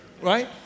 Right